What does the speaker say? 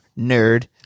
nerd